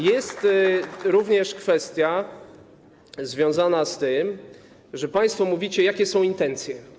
Jest również kwestia związana z tym, że państwo mówicie, jakie są intencje.